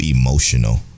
emotional